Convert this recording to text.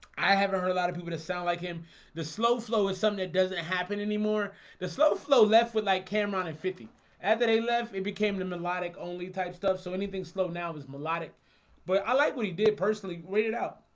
i haven't heard a lot of people to sound like him the slow flow is something that doesn't happen anymore the slow flow left with like camera and fifty after they left it became the melodic only type stuff so anything slow now was melodic but i like what he did personally great it out